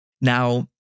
Now